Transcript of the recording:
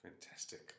Fantastic